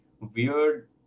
weird